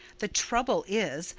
the trouble is,